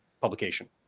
publication